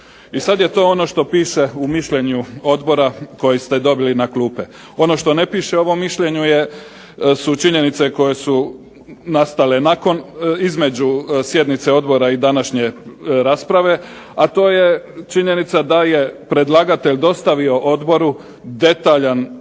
I sad je to ono što piše u mišljenju odbora koje ste dobili na klupe. Ono što ne piše u ovom mišljenju su činjenice koje su nastale između sjednice odbora i današnje rasprave, a to je činjenica da je predlagatelj dostavio odboru detaljan usporedni